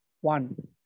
one